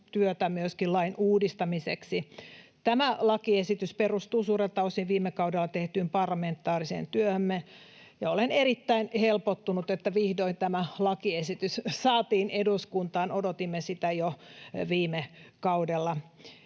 pohjatyötä myöskin lain uudistamiseksi. Tämä lakiesitys perustuu suurelta osin viime kaudella tehtyyn parlamentaariseen työhömme, ja olen erittäin helpottunut, että vihdoin tämä lakiesitys saatiin eduskuntaan. Odotimme sitä jo viime kaudella.